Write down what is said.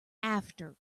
after